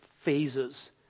phases